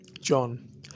John